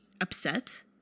upset